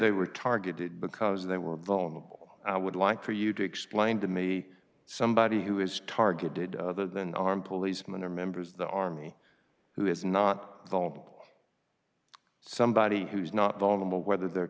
they were targeted because they were vulnerable i would like for you to explain to me somebody who is targeted and armed policemen or members of the army who is not full somebody who's not vulnerable whether they're